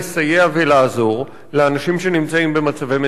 ולעזור לאנשים שנמצאים במצבי מצוקה,